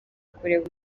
kureba